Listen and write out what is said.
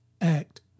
act